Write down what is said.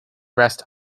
rest